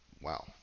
Wow